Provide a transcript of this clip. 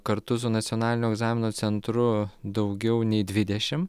kartu su nacionaliniu egzaminų centru daugiau nei dvidešimt